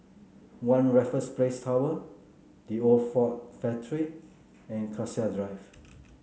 One Raffles Place Tower The Old Ford Factory and Cassia Drive